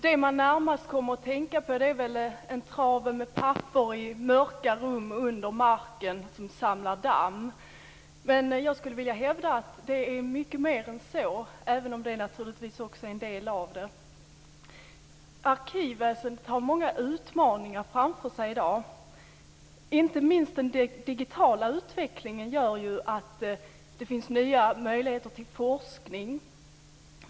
Det man närmast kommer att tänka på är väl travar med papper i mörka rum under marken som samlar damm. Men jag skulle vilja hävda att det är mycket mer än så, även om detta naturligtvis också är en del av det. Arkivväsendet har många utmaningar framför sig i dag. Inte minst den digitala utvecklingen gör att det finns nya möjligheter till forskning.